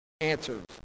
answers